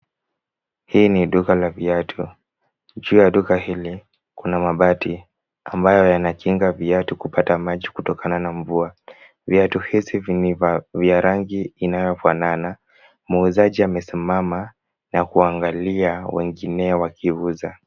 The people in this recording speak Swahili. Hii ni duka la viatu. Juu ya duka hili kuna mabati, ambayo yanakinga viatu kupata maji kutokana na mvua. Viatu hizi ni vya rangi inayofanana. Muuzaji amesimama na kuangalia wengine wakiuza.